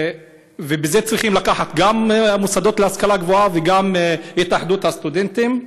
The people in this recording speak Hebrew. בזה צריכים לקחת חלק גם המוסדות להשכלה גבוהה וגם התאחדות הסטודנטים.